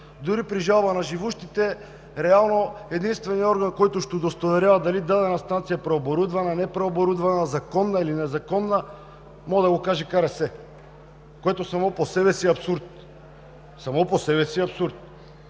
дори при жалба на живущите реално единственият орган, който ще удостоверява дали дадена станция е преоборудвана, непреоборудвана, законна или незаконна може да го каже КРС, което само по себе си е абсурд! Така че още от